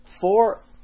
four